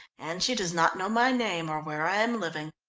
and she does not know my name or where i am living.